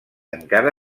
encara